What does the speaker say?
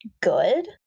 good